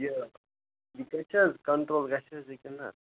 یہِ یہِ گژھِ حظ کَنٹرٛول گژھِ حظ یہِ کِن نَہ